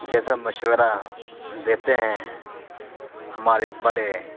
جیسا مشورہ دیتے ہیں ہمارے بڑے